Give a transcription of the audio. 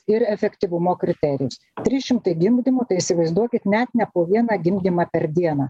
ir efektyvumo kriterijus trys šimtai gimdymų tai įsivaizduokit net ne po vieną gimdymą per dieną